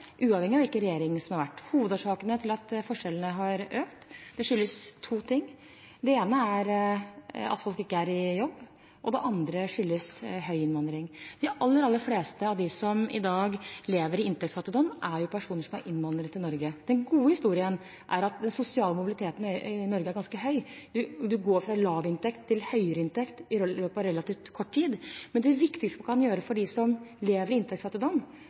uavhengig av hvilken regjering som har vært. Hovedårsaken til at forskjellene har økt, er to ting. Det ene er at folk ikke er i jobb, og det andre er høy innvandring. De aller fleste av dem som i dag lever i inntektsfattigdom, er personer som er innvandret til Norge. Den gode historien er at den sosiale mobiliteten i Norge er ganske høy. Man går fra lav inntekt til høyere inntekt i løpet av relativt kort tid. Men det viktigste vi kan gjøre for dem som lever i inntektsfattigdom,